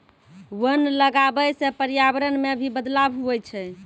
वन लगबै से पर्यावरण मे भी बदलाव हुवै छै